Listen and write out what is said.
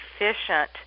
efficient